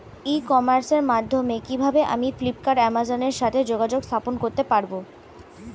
ই কমার্সের মাধ্যমে কিভাবে আমি ফ্লিপকার্ট অ্যামাজন এর সাথে যোগাযোগ স্থাপন করতে পারব?